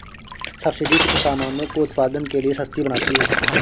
subsidy कुछ सामानों को उत्पादन के लिए सस्ती बनाती है